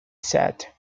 sat